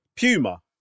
Puma